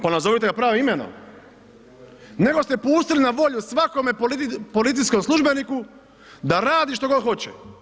Pa ga nazovite pravim imenom nego ste pustili na volju svakome policijskom službeniku da radi što god hoće.